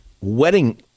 wedding